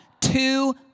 two